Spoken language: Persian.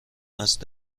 است